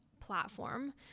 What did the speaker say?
platform